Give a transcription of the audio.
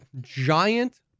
giant